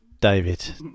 David